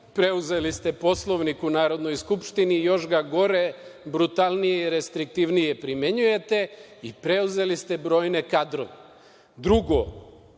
preuzeli ste Poslovnik u Narodnoj skupštini i još ga gore, brutalnije i restriktivnije primenjujete i preuzeli ste brojne kadrove. Drugo